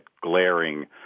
glaring